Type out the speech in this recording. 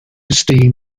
steam